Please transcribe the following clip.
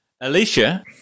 Alicia